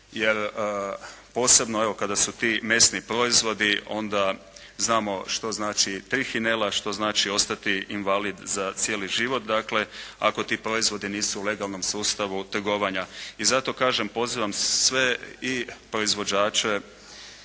jer posebno, evo kada su ti mesni proizvodi onda znamo što znači trihinela, što znači ostati invalid za cijeli život, dakle ako ti proizvodi nisu u legalnom sustavu trgovanja. I zato kažem, pozivam sve i proizvođače